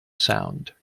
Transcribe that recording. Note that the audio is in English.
sound